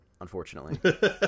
unfortunately